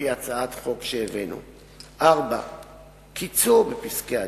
על-פי הצעת חוק שהבאנו, 4. קיצור בפסקי-הדין,